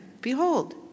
behold